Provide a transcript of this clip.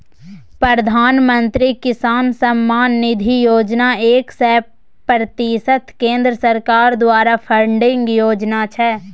प्रधानमंत्री किसान सम्मान निधि योजना एक सय प्रतिशत केंद्र सरकार द्वारा फंडिंग योजना छै